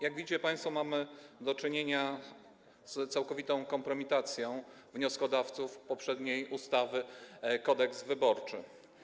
Jak państwo widzicie, mamy do czynienia z całkowitą kompromitacją wnioskodawców poprzedniej ustawy Kodeks wyborczy.